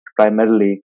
primarily